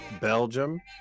Belgium